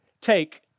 take